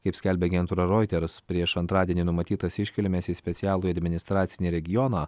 kaip skelbia agentūra reuters prieš antradienį numatytas iškilmes į specialųjį administracinį regioną